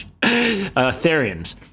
Therians